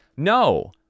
no